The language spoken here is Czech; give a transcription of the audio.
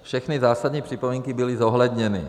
Všechny zásadní připomínky byly zohledněny.